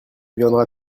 viendras